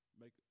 make